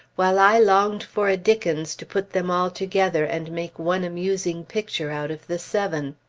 while i longed for a dickens to put them all together and make one amusing picture out of the seven.